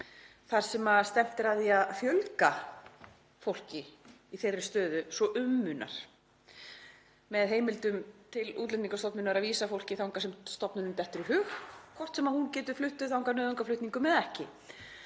þar sem stefnt er að því að fjölga fólki í þeirri stöðu svo um munar með heimildum til Útlendingastofnunar til að vísa fólki þangað sem stofnuninni dettur í hug, hvort sem hún getur flutt fólk þangað nauðungarflutningum eða ekki.